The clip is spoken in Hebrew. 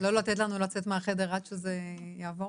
לא לתת לנו לצאת מהחדר עד שזה יעבור?